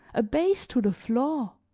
abased to the floor